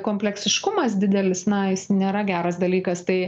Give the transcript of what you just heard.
kompleksiškumas didelis na jis nėra geras dalykas tai